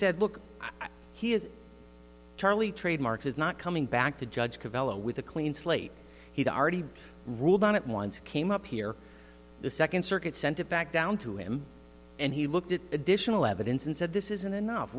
said look he is charley trademarks is not coming back to judge covello with a clean slate he'd already ruled on it once came up here the second circuit sent it back down to him and he looked at additional evidence and said this isn't enough